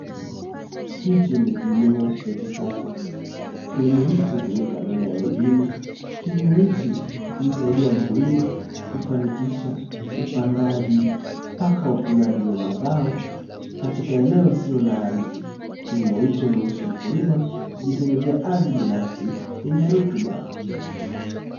Hiki ni kilimo cha kisasa, kilimo hiki hutumika maeneo ya mjini, kilimo hiki humsaidia mkulima kufanikisha upandaji mpaka uvunaji wa mazao katika eneo lisilo na ardhi, kilimo hiki humruhusu mkulima kujitengenezea ardhi binafsi yenye rutuba.